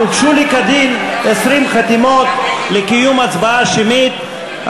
הוגשו לי כדין 20 חתימות לקיום הצבעה שמית.